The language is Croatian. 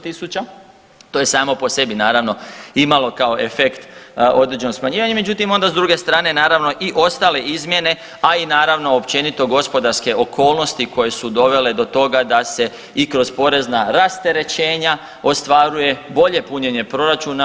To je samo po sebi naravno imalo kao efekt određeno smanjivanje, međutim onda s druge strane naravno i ostale izmjene, a i naravno općenito gospodarske okolnosti koje su dovele do toga da se i kroz porezna rasterećenja ostvaruje bolje punjenje proračuna.